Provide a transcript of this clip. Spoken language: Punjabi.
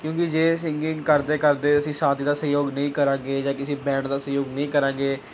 ਕਿਉਂਕਿ ਜੇ ਸਿੰਗਿੰਗ ਕਰਦੇ ਕਰਦੇ ਅਸੀਂ ਸਾਥੀ ਦਾ ਸਹਿਯੋਗ ਨਹੀਂ ਕਰਾਂਗੇ ਜਾਂ ਕਿਸੇ ਬੈਂਡ ਦਾ ਸਹਿਯੋਗ ਨਹੀਂ ਕਰਾਂਗੇ